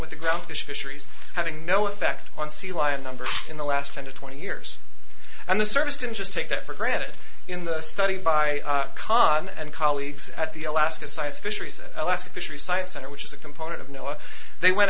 with the ground fish fisheries having no effect on sea lion numbers in the last ten to twenty years and the service didn't just take that for granted in the study by conn and colleagues at the alaska science fisheries alaska fisheries science center which is a component of noah they went